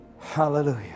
Hallelujah